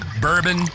bourbon